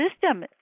system